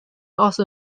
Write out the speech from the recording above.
also